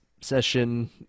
session